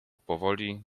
powoli